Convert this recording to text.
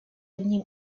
одним